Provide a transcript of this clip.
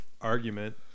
argument